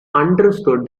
understood